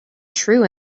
true